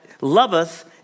loveth